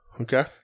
Okay